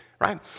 right